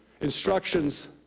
instructions